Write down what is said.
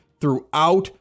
throughout